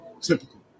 Typical